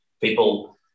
people